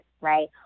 right